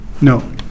No